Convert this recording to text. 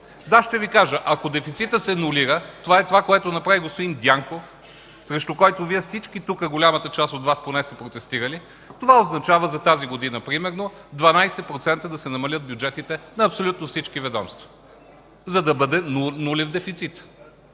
Да, ще Ви кажа – ако дефицитът се нулира, това направи господин Дянков, срещу който всички Вие тук, голямата част от Вас поне са протестирали, това означава за тази година примерно 12% да се намалят бюджетите на абсолютно всички ведомства, за да бъде нулев дефицитът